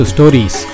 Stories